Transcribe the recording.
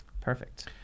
perfect